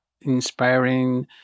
inspiring